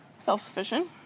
self-sufficient